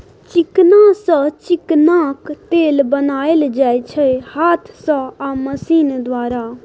चिकना सँ चिकनाक तेल बनाएल जाइ छै हाथ सँ आ मशीन द्वारा